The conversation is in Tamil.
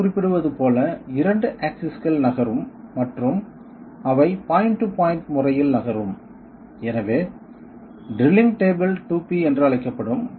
பெயர் குறிப்பிடுவது போல 2 ஆக்சிஸ்கள் நகரும் மற்றும் அவை பாய்ண்ட் டு பாய்ண்ட் முறையில் நகரும் எனவே ட்ரில்லிங் டேபிள் 2P என்று அழைக்கப்படும்